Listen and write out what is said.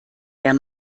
der